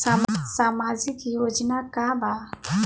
सामाजिक योजना का बा?